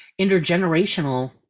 intergenerational